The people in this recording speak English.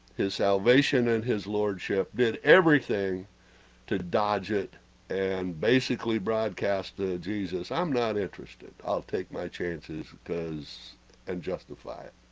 his salvation and his lordship, did everything to, dodge it and basically, broadcast the jesus i'm not interested i'll take, my chances because and justify it